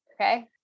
okay